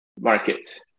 market